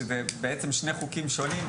שזה בעצם שני חוקים שונים.